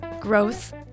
growth